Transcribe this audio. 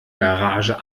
garage